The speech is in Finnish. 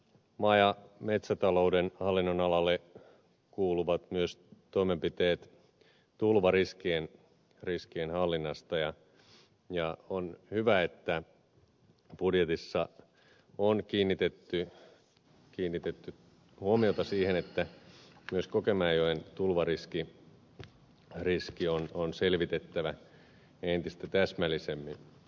maa ja metsätalouden hallinnonalalle kuuluvat myös toimenpiteet tulvariskien hallinnasta ja on hyvä että budjetissa on kiinnitetty huomiota siihen että myös kokemäenjoen tulvariski on selvitettävä entistä täsmällisemmin